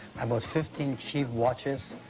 i bought fifteen cheap watches,